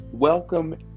Welcome